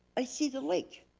i see the lake.